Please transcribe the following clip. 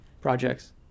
projects